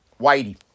Whitey